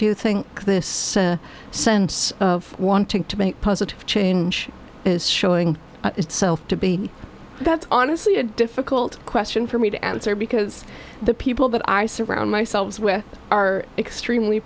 do you think this sense of wanting to make positive change is showing itself to be that's honestly a difficult question for me to answer because the people that i surround myself with are extremely